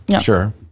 sure